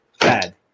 bad